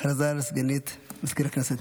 הודעה לסגנית מזכיר הכנסת.